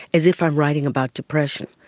as if i'm writing about depression.